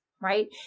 right